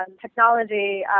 technology